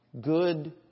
good